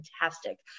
fantastic